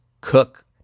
Cook